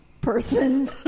person